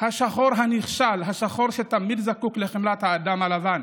השחור הנחשל, השחור שתמיד זקוק לחמלת האדם הלבן.